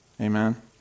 Amen